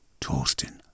Torsten